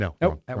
No